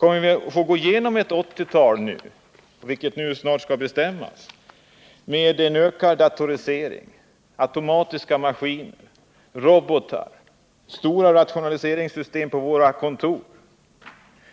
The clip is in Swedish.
Får vi gå igenom ett 1980-tal — och det skall ju snart avgöras — med en ökning av datoriseringen, automatiska maskiner, robotar, stora rationaliseringssystem på våra kontor